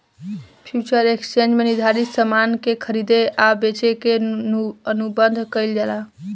future exchange में निर्धारित सामान के खरीदे आ बेचे के अनुबंध कईल जाला